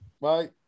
Bye